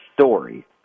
story